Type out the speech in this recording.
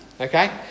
Okay